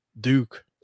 Duke